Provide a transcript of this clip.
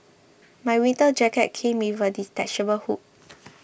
my winter jacket came with a detachable hood